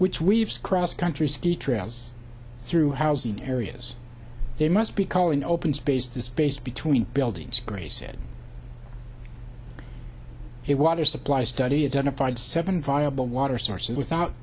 which weaves cross country ski trails through housing areas they must be calling open space the space between buildings grace said it water supply study is done to find seven viable water sources without